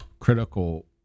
critical